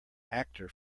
actor